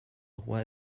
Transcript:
roi